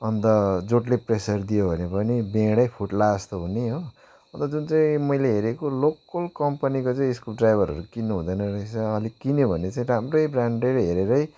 अन्त जोडले प्रेसर दियो भने पनि बिँडै फुट्ला जस्तो हुने हो अन्त जुन चाहिँ मैले हेरेको लोकल कम्पनीको चाहिँ स्क्रुवड्राइभरहरू किन्नुहुँदैन रहेछ अलिक किन्यो भने चाहिँ राम्रै ब्रान्डेड हेरेरै